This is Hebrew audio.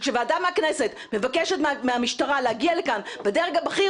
וכשוועדה בכנסת מבקשת מהמשטרה להגיע לכאן בדרך הבכיר